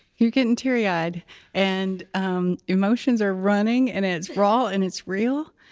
you're getting' teary eyed and um emotions are running and it's raw and it's real.